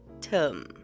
term